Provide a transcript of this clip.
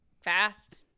fast